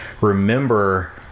remember